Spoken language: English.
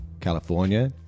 California